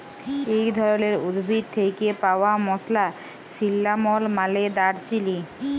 ইক ধরলের উদ্ভিদ থ্যাকে পাউয়া মসলা সিল্লামল মালে দারচিলি